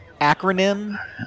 Acronym